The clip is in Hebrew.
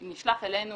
הוא נשלח אלינו